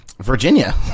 Virginia